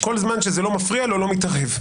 כל זמן שזה לא מפריע לו, לא מתערב.